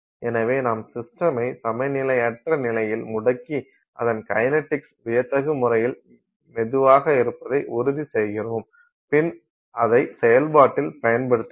எனவே நாம் சிஸ்டமை சமநிலையற்ற நிலையில் முடக்கி அதன் கைனடிக்ஸ் வியத்தகு முறையில் மெதுவாக இருப்பதை உறுதிசெய்கிறோம் பின் அதை செயல்பாட்டில் பயன்படுத்துகிறோம்